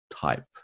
type